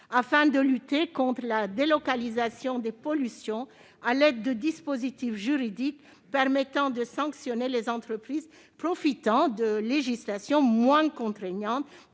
afin de lutter contre la délocalisation des pollutions à l'aide de dispositifs juridiques permettant de sanctionner les entreprises qui profitent de législations moins contraignantes